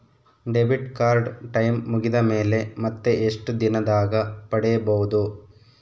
Debit card time ಮುಗಿದ ಮೇಲೆ ಮತ್ತೆ ಎಷ್ಟು ದಿನದಾಗ ಪಡೇಬೋದು?